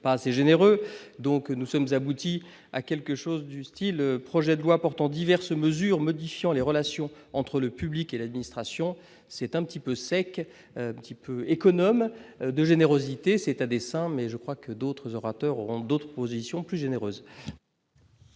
assez généreuse, donc nous sommes aboutis à quelque chose du Style : projet de loi portant diverses mesures modifiant les relations entre le public et l'administration, c'est un petit peu sec, petit peu économes de générosité, c'est à dessein, mais je crois que d'autres orateurs ont d'autres positions plus généreuse.